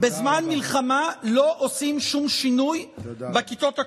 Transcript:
בזמן מלחמה לא עושים שום שינוי בכיתות הכוננות.